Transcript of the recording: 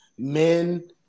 Men